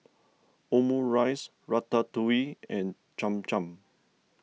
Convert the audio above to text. Omurice Ratatouille and Cham Cham